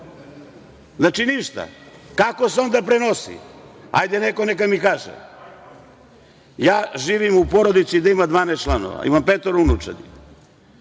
on. Znači, ništa. Kako se onda prenosi? Hajde neko neka mi kaže? Ja živim u porodici gde ima 12 članova. Imam petoro unučadi.